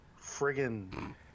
friggin' –